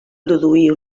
produir